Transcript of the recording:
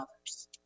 others